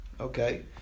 Okay